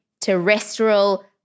terrestrial